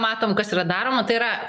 matom kas yra daroma tai yra